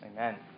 Amen